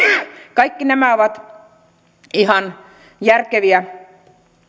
kaikki nämä ovat ihan järkeviä